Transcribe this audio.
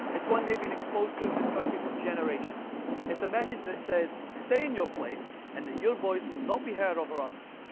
it's one they're been exposed to in this country for generations. it's a message that says, stay in your place, and that, your voice will not be heard over others.